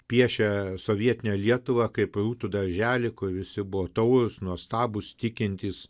piešia sovietinę lietuvą kaip rūtų darželį kur visi buvo taurūs nuostabūs tikintys